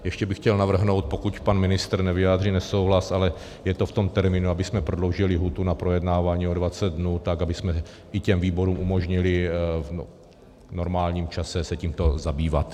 Ještě bych chtěl navrhnout, pokud pan ministr nevyjádří nesouhlas, ale je to v tom termínu, abychom prodloužili lhůtu na projednávání o 20 dnů, tak abychom i těm výborům umožnili v normálním čase se tím zabývat.